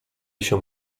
się